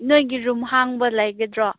ꯅꯣꯏꯒꯤ ꯔꯨꯝ ꯍꯥꯡꯕ ꯂꯩꯒꯗ꯭ꯔꯣ